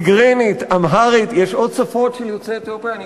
טיגרינית, אמהרית, יש עוד שפות של יוצאי אתיופיה?